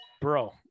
Bro